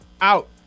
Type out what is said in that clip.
out